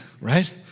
Right